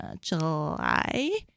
July